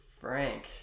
Frank